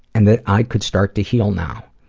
and that i could start to heal now.